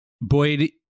Boyd